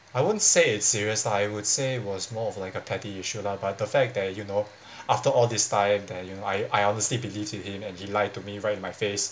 I won't say it's serious lah I would say it was more of like a petty issue lah but the fact that you know after all this time there you know I I honestly believed in him and he lied to me right in my face